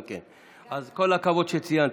אז כל הכבוד שציינתם.